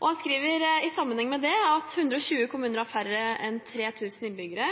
Han skriver videre: «120 kommuner har færre enn 3 000 innbyggere.